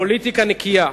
פוליטיקה נקייה.